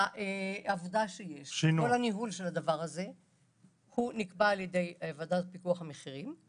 העבודה שיש והניהול של כל הדבר הזה נקבע על-ידי הוועדה לפיקוח המחירים,